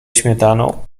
śmietaną